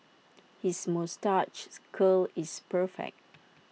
his moustache's curl is perfect